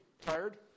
tired